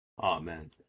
Amen